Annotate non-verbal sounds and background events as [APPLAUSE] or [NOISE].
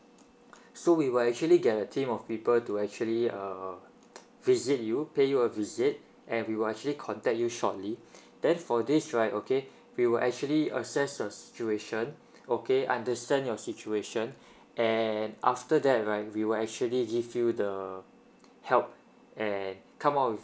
so we will actually get a team of people to actually err visit you pay you a visit and we will actually contact you shortly [BREATH] then for this right okay we will actually assess your situation okay understand your situation [BREATH] and after that right we will actually give you the help and come out with